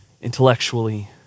intellectually